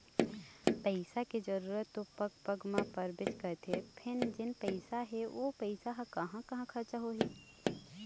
पइसा के जरूरत तो पग पग म परबे करथे फेर जेन पइसा हे ओ पइसा कहाँ कहाँ खरचा होही